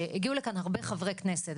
הגיעו לכאן הרבה חברי כנסת,